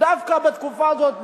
דווקא בתקופה הזאת,